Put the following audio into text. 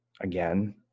again